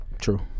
True